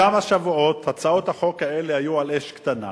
כמה שבועות הצעות החוק האלה היו על אש קטנה,